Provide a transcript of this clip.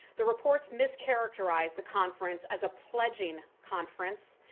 the reports mischaracterized the conference as a pledging conference.